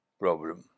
problem